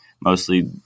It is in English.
Mostly